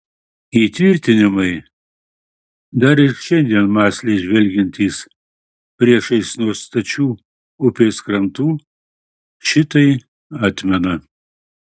įtvirtinimai dar ir šiandien mąsliai žvelgiantys priešais nuo stačių upės krantų šitai atmena